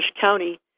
County